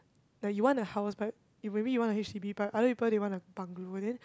like you want a house but you maybe you want a H_D_B but other people they want a bungalow then